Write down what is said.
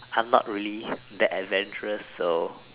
I'm not really that adventurous so